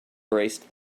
braced